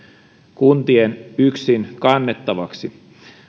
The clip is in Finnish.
yksin kuntien kannettavaksi